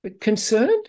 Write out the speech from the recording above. Concerned